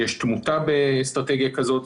יש תמותה באסטרטגיה כזאת.